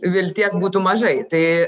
vilties būtų mažai tai